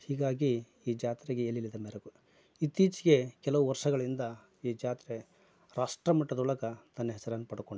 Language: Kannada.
ಹೀಗಾಗಿ ಈ ಜಾತ್ರೆಗೆ ಎಲ್ಲಿಲ್ಲದ ಮೆರಗು ಇತ್ತೀಚೆಗೆ ಕೆಲವು ವರ್ಷಗಳಿಂದ ಈ ಜಾತ್ರೆ ರಾಷ್ಟ್ರಮಟ್ಟದೊಳಗ ತನ್ನ ಹೆಸರನ್ನು ಪಡ್ಕೊಂಡಿದೆ